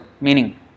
meaning